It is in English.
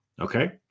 okay